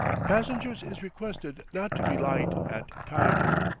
passingers is requested not to be lyte at tyble.